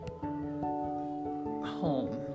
home